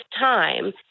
time